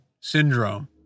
syndrome